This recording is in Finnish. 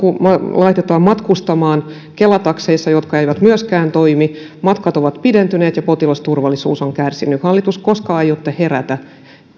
laitetaan matkustamaan kela takseissa jotka eivät myöskään toimi matkat ovat pidentyneet ja potilasturvallisuus on kärsinyt hallitus koska aiotte herätä